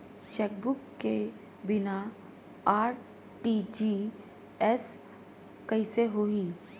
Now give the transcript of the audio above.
Chequebook के बिना RTGS कइसे होही?